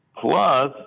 Plus